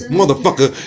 Motherfucker